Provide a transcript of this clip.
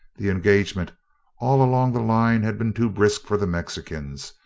the engagement all along the line had been too brisk for the mexicans,